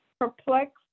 perplexed